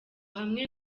hamwe